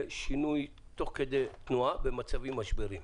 שינוי תוך כדי תנועה במצבים משבריים.